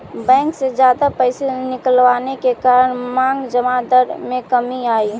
bank से जादा पैसे निकलवाने के कारण मांग जमा दर में कमी आई